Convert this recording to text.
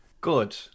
Good